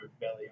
belly